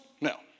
No